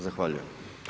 Zahvaljujem.